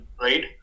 right